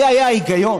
זה היה ההיגיון.